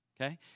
okay